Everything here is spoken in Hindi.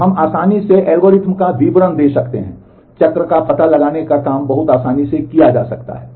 तो हम आसानी से एल्गोरिदम का विवरण दे सकते हैं चक्र का पता लगाने का काम बहुत आसानी से किया जा सकता है